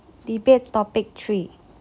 debate topic three